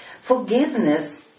Forgiveness